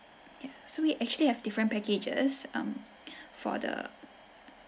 so we actually have different packages um for the